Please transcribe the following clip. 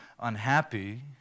unhappy